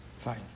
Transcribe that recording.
fine